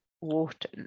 water